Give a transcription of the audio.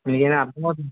మీకేమైనా అర్ధమవుతుందా